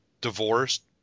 divorced